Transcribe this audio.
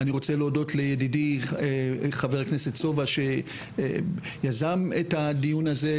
אני רוצה להודות לידידי חבר הכנסת סובה שיזם את הדיון הזה,